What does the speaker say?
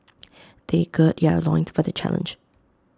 they gird their loins for the challenge